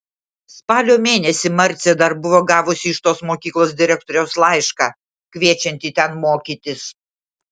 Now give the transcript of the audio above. spalio mėnesį marcė dar buvo gavusi iš tos mokyklos direktoriaus laišką kviečiantį ten mokytis